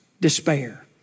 despair